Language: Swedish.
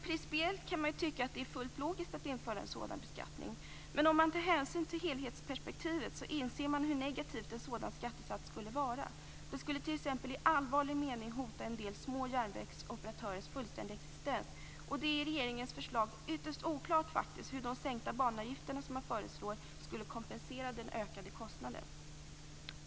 Principiellt kan man tycka att det är fullt logiskt att införa en sådan beskattning, men om man tar hänsyn till helhetsperspektivet inser man hur negativ en sådan skattesats skulle vara. Den skulle t.ex. i allvarlig mening hota en del små järnvägsoperatörers hela existens, och det är i regeringens förslag ytterst oklart hur de sänkta banavgifter som man föreslår skulle kompensera den ökade kostnaden.